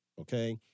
okay